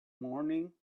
morning